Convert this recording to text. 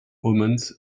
omens